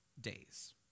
days